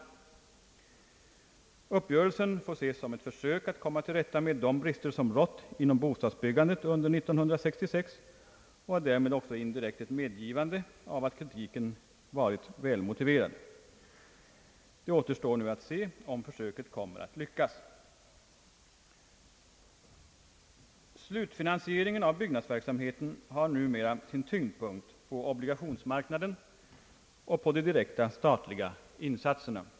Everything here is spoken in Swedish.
Uppgörelsen får ses som ett försök att komma till rätta med de brister som rått inom bostadsbyggandet under 1966 och därmed också indirekt ett medgivande av att kritiken varit välmotiverad. Det återstår nu att se, om försöket kommer att lyckas. Slutfinansieringen av byggnadsverksamheten har numera sin tyngdpunkt på obligationsmarknaden och på de direkta statliga insatserna.